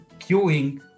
queuing